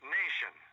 nation